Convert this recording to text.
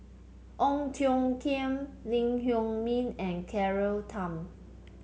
Ong Tiong Khiam Lee Huei Min and Claire Tham